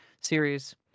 series